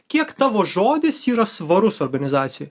kiek tavo žodis yra svarus organizacijoj